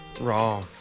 Raw